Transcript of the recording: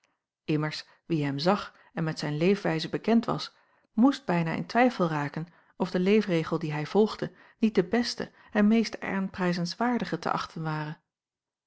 immers wie hem zag en met zijn leefwijze bekend was moest bijna in twijfel raken of de leefregel dien hij volgde niet de jacob van ennep laasje evenster en meest aanprijzenswaardige te achten ware